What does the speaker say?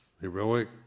heroic